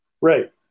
Right